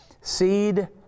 seed